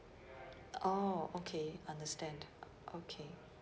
orh okay understand uh okay